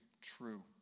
true